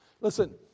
Listen